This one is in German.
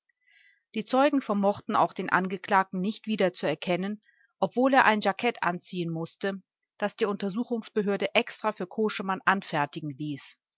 die zeugen vermochten auch den angeklagten nicht wiederzuerkennen obwohl er ein jackett anziehen mußte das die untersuchungsbehörde extra für koschemann anfertigen ließ